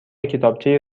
کتابچه